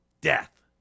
death